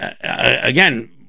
again